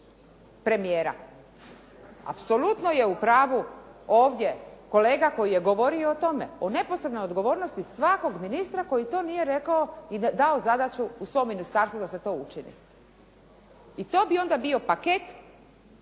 premijera. Apsolutno je u pravu ovdje kolega koji je govori o tome, o neposrednoj odgovornosti svakog ministra koji to nije rekao i dao zadaću u svom ministarstvu da se to učini. I to bi onda bio paket